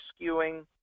skewing